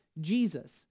Jesus